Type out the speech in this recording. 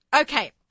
Okay